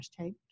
hashtag